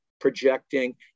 projecting